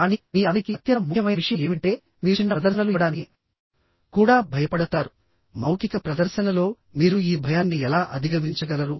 కానీ మీ అందరికీ అత్యంత ముఖ్యమైన విషయం ఏమిటంటే మీరు చిన్న ప్రదర్శనలు ఇవ్వడానికి కూడా భయపడతారు మౌఖిక ప్రదర్శనలో మీరు ఈ భయాన్ని ఎలా అధిగమించగలరు